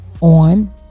on